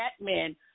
Batman